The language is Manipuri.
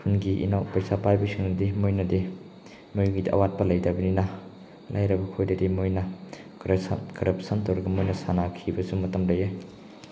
ꯈꯨꯟꯒꯤ ꯏꯅꯥꯎ ꯄꯩꯁꯥ ꯄꯥꯏꯕꯁꯤꯡꯅꯗꯤ ꯃꯣꯏꯅꯗꯤ ꯃꯣꯏꯒꯤꯗꯤ ꯑꯋꯥꯠꯄ ꯂꯩꯇꯕꯅꯤꯅ ꯂꯥꯏꯔꯕ ꯑꯩꯈꯣꯏꯗꯗꯤ ꯃꯣꯏꯅ ꯀꯔꯞꯁꯟ ꯇꯧꯔꯒ ꯃꯣꯏꯅ ꯁꯥꯟꯅꯈꯤꯕꯁꯨ ꯃꯇꯝ ꯂꯩꯌꯦ